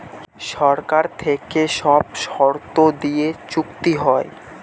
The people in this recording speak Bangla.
সরকার থেকে সব শর্ত দিয়ে চুক্তি হয়